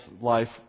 life